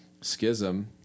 Schism